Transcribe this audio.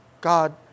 God